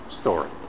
story